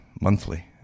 monthly